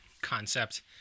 concept